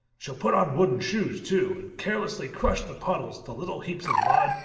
she'll put on wooden shoes too, and carelessly crush the puddles, the little heaps of mud,